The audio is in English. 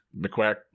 McQuack